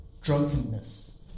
drunkenness